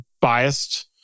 biased